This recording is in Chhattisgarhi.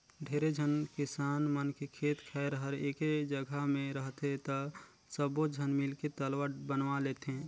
ढेरे झन किसान मन के खेत खायर हर एके जघा मे रहथे त सब्बो झन मिलके तलवा बनवा लेथें